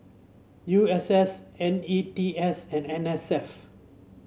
U S S N E T S and N S F